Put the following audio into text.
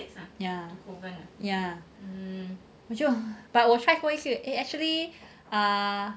ya ya but 我 try 过一次 eh actually ah